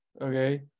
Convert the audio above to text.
okay